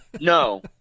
No